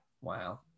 Wow